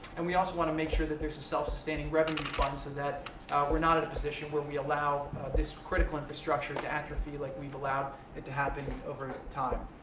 and we also want to make sure that there's a self-sustaining revenue fund so that we're not in a position where we allow this critical infrastructure to atrophy like we've allowed it to happen over and time.